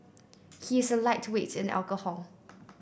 he is a lightweight in alcohol